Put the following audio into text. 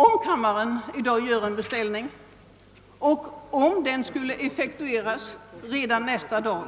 Om kammaren i dag gör en beställning, och om den skulle effektueras genast, så